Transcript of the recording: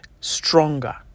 stronger